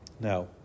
Now